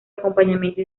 acompañamiento